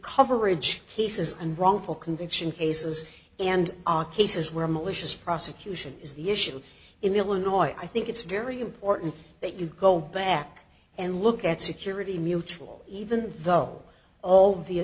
coverage cases and wrongful conviction cases and are cases where malicious prosecution is the issue in illinois i think it's very important that you go back and look at security mutual even though all the